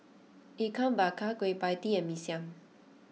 Ikan Bakar Kueh Pie Tee and Mee Siam